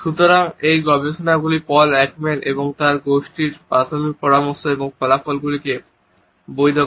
সুতরাং এই গবেষণাগুলি পল একম্যান এবং তার গোষ্ঠীর প্রাথমিক পরামর্শ এবং ফলাফলগুলিকে বৈধ করে